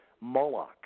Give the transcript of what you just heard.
Moloch